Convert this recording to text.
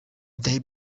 they